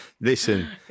Listen